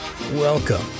Welcome